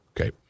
Okay